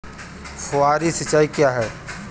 फुहारी सिंचाई क्या है?